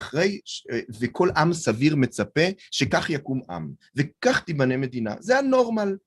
אחרי... וכל עם סביר מצפה שכך יקום עם, וכך תיבנה מדינה. זה הנורמל.